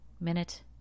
minute